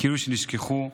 כאלה שנשכחו,